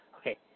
Okay